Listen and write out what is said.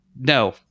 no